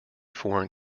foreign